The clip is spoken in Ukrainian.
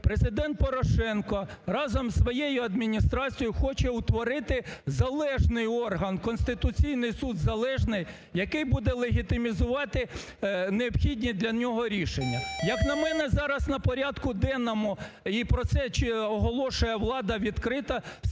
Президент Порошенко разом із своєю Адміністрацією хоче утворити залежний орган, Конституційний Суд залежний, який буде легітимізувати необхідні для нього рішення. Як на мене, зараз на порядку денному, і про це оголошує влада відкрито, стоїть